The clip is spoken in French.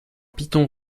piton